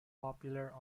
popular